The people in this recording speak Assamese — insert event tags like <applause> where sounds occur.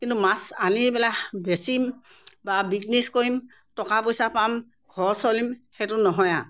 কিন্তু মাছ আনি পেলাই <unintelligible> বেচিম বা বিজনেছ কৰিম টকা পইচা পাম ঘৰ চলিম সেইটো নহয় আৰু